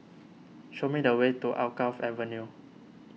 show me the way to Alkaff Avenue